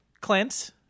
Clint